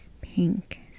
pink